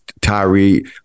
Tyree